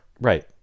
right